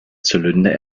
zylinder